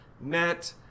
net